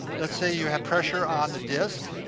let's say you have pressure on the disk.